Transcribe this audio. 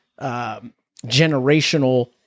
generational